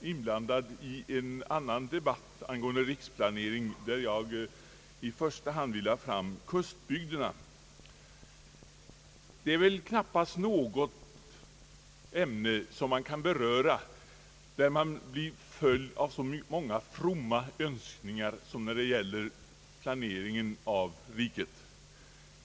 inblandad i en annan debatt angående riksplanering, där jag i första hand ville ha fram kustbygderna. Det finns väl knappast något ämne, som man kan ta upp, där man får så många fromma önskningar på vägen som när det gäller planering av riket.